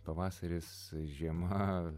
pavasaris žiema